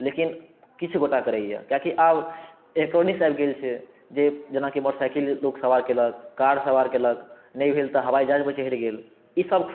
लेकिन किछु गोटा करैया कियाकी आब आबि गेल छै जेनाकि मोटरसाइकिल लोक सवार केलक कार सवार केलक नहि भेल तऽ हवाई जहाज पर चढ़ि गेल ई सभ